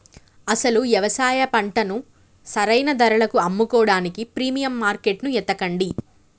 అసలు యవసాయ పంటను సరైన ధరలకు అమ్ముకోడానికి ప్రీమియం మార్కేట్టును ఎతకండి